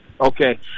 Okay